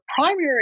primary